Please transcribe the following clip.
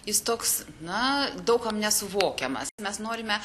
jis toks na daug kam nesuvokiamas mes norime